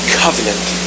covenant